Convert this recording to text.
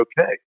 okay